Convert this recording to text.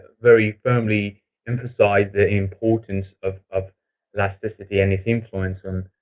very firmly emphasized the importance of of elasticity and its influence and